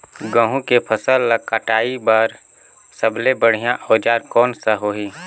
गहूं के फसल ला कटाई बार सबले बढ़िया औजार कोन सा होही?